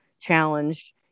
challenged